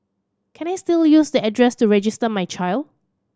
can I still use the address to register my child